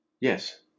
Yes